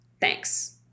Thanks